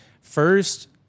first